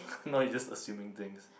now you're just assuming things